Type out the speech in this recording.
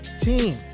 team